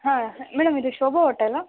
ಹಾಂ ಮೇಡಮ್ ಇದು ಶೋಭಾ ಓಟೆಲ್ಲ